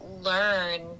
learn